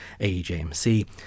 AEJMC